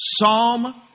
Psalm